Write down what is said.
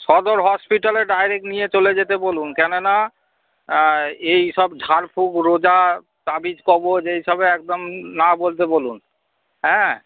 সদর হসপিটালে ডায়রেক্ট নিয়ে চলে যেতে বলুন কেননা এই সব ঝাড়ফুঁক রোজা তাবিজ কবজ এই সবে একদম না বলতে বলুন হ্যাঁ